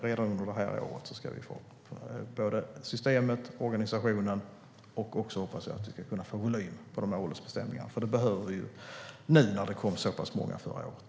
Redan under det här året ska vi få både systemet och organisationen på plats. Jag hoppas att vi också ska kunna få volym på åldersbestämningarna. Det behöver vi nu eftersom det kom så pass många förra året.